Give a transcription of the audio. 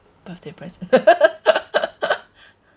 birthday present